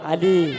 Ali